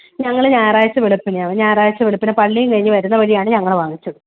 ഞങ്ങൾ ഞായറാഴ്ച വെളുപ്പിനാണ് ഞായറാഴ്ച വെളുപ്പിന് പള്ളിയും കഴിഞ്ഞ് വരുന്ന വഴിയാണ് ഞങ്ങൾ വാങ്ങിച്ചത്